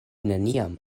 neniam